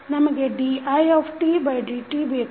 ನಮಗೆ didt ಬೇಕು